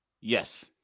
Yes